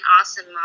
awesome